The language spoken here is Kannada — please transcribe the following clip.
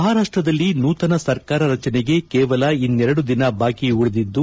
ಮಹಾರಾಷ್ಲದಲ್ಲಿ ನೂತನ ಸರ್ಕಾರ ರಚನೆಗೆ ಕೇವಲ ಇನ್ನೆರಡು ದಿನ ಬಾಕಿ ಉಳಿದಿದ್ದು